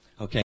Okay